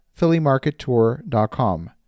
phillymarkettour.com